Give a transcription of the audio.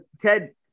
Ted